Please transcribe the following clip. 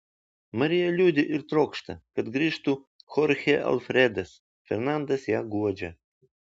marija liūdi ir trokšta kad grįžtų chorchė alfredas fernandas ją guodžia